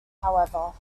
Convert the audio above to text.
however